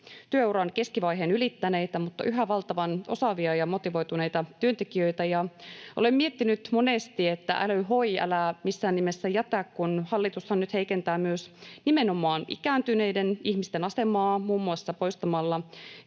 työuran keskivaiheen ylittäneitä mutta yhä valtavan osaavia ja motivoituneita työntekijöitä. Olen miettinyt monesti, että äly hoi, älä missään nimessä jätä, kun hallitushan nyt heikentää myös nimenomaan ikääntyneiden ihmisten asemaa muun muassa poistamalla